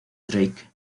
drake